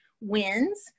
wins